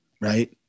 right